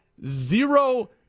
zero